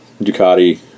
Ducati